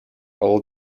old